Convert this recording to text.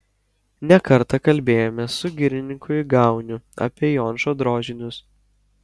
ne kartą kalbėjomės su girininku igauniu apie jončo drožinius